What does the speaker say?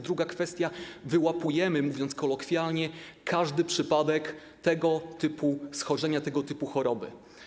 Druga kwestia: wyłapujemy, mówiąc kolokwialnie, każdy przypadek tego typu schorzenia, tego typu choroby.